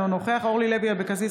אינו נוכח אורלי לוי אבקסיס,